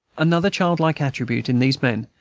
another childlike attribute in these men,